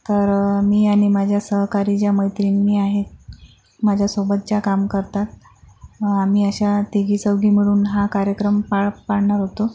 तर मी आणि माझ्या सहकारी ज्या मैत्रिणी आहेत माझ्या सोबत ज्या काम करतात आम्ही अशा तिघीचौघी मिळून हा कार्यक्रम पार पाडणार होतो